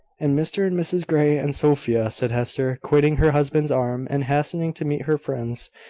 and mr and mrs grey, and sophia, said hester, quitting her husband's arm, and hastening to meet her friends.